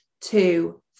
two